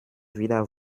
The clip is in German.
wieder